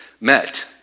met